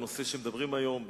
נושא שמדברים בו היום,